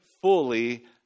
fully